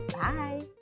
Bye